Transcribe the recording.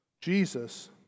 Jesus